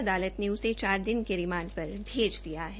अदालत ने उसे चार दिन के रिमांड प्र भेज दिया है